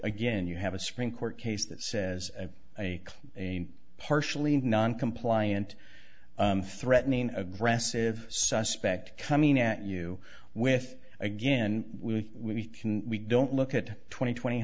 again you have a supreme court case that says a a partially non compliant threatening aggressive suspect coming at you with again we can we don't look at twenty twenty